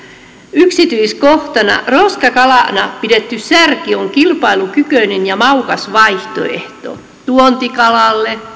yksityiskohtana esimerkiksi roskakalana pidetty särki on kilpailukykyinen ja maukas vaihtoehto tuontikalalle